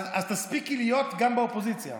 אז תספיקי להיות גם באופוזיציה.